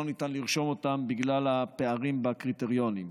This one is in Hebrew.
ניתן לרשום אותם בגלל הפערים בקריטריונים.